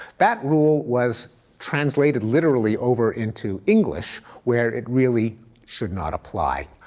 that rule was translated literally over into english where it really should not apply.